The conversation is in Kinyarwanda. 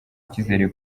ikizere